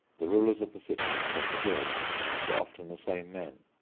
the rulers of the city and of the guilds were often the same men,